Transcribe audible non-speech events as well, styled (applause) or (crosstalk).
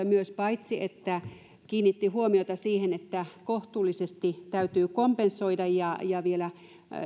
(unintelligible) myös perustuslakivaliokunta paitsi kiinnitti huomiota siihen että kohtuullisesti täytyy kompensoida ja vielä